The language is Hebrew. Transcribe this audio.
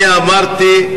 אני אמרתי: